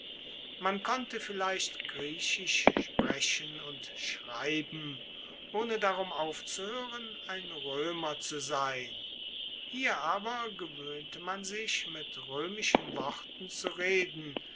man konnte vielleicht griechisch sprechen und schreiben ohne darum aufzuhoeren ein roemer zu sein hier aber gewoehnte man sich mit roemischen worten zu reden